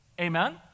Amen